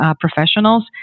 professionals